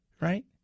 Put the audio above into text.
right